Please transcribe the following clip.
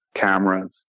cameras